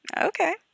Okay